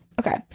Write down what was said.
Okay